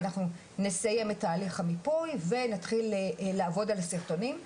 אנחנו נסיים את תהליך המיפוי ונתחיל לעבוד על הסרטונים,